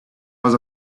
was